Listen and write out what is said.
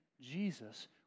Jesus